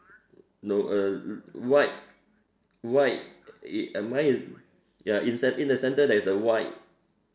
no uh white white uh mine is ya in the center there is a white